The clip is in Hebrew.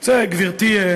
אני רוצה, גברתי,